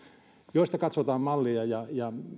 joista katsotaan mallia